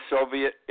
Soviet